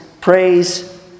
praise